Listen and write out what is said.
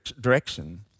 direction